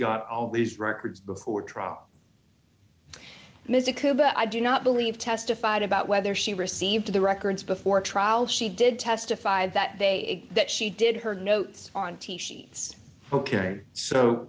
got all these records before trial mr cooper i do not believe testified about whether she received the records before trial she did testify that they that she did her notes on t v she's ok so